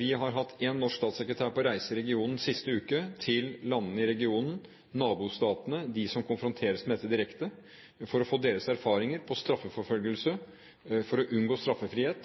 Vi har hatt en norsk statssekretær på reise siste uke til landene i regionen, nabostatene, de som konfronteres med dette direkte, for å få deres erfaringer på straffeforfølgelse, for å unngå